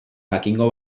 jakingo